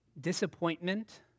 disappointment